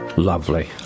Lovely